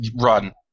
run